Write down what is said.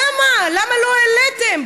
למה לא העליתם?